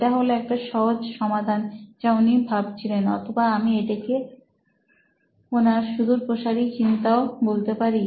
এটা হল একটা সহজ সমাধান যা উনি ভাবছিলেন অথবা আমরা এটিকে ওর সুদুরপ্রসারী চিন্তাও বলতে পারি